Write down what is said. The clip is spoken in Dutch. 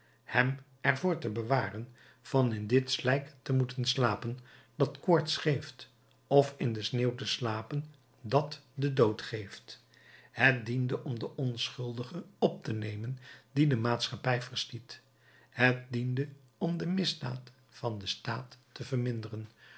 hem er voor te bewaren van in dit slijk te moeten slapen dat koorts geeft of in de sneeuw te slapen dat den dood geeft het diende om den onschuldige op te nemen dien de maatschappij verstiet het diende om de misdaad van den staat te verminderen